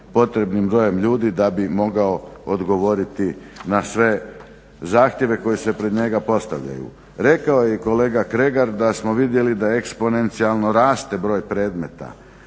potrebnim brojem ljudi da bi mogao odgovoriti na sve zahtjeve koji se pred njega postavljaju. Rekao je i kolega Kregar da smo vidjeli da eksponencijalno raste broj predmeta,